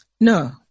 No